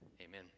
Amen